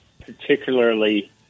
particularly